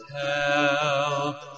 help